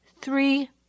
Three